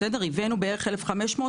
הבאנו בערך 1,500,